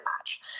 match